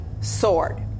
sword